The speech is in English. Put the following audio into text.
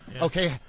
Okay